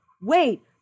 wait